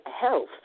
health